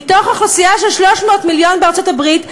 מאוכלוסייה של 300 מיליון בארצות-הברית,